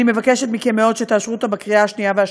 אני מבקשת מכם מאוד שתאשרו אותה בקריאה שנייה ושלישית.